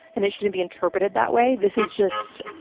and it shouldn't be interpreted that way. this is just,